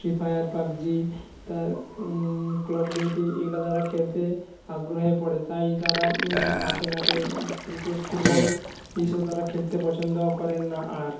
free fire PUBG তা call of duty এইগুলো তারা খেলতে আগ্রহে পড়ে তাই তারা মাঠে ঘাটে ক্রিকেট ফুটবল এই সব তারা খেলতে পছন্দ করেন না আর